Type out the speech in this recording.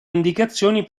indicazioni